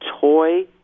toy